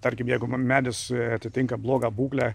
tarkim jeigu mum medis atitinka blogą būklę